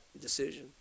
decision